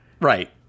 Right